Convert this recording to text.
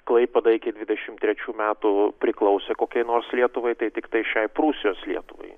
klaipėda iki dvidešimt trečių metų priklausė kokiai nors lietuvai tai tiktai šiai prūsijos lietuvai